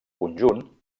conjunt